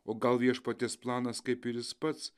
o gal viešpaties planas kaip ir jis pats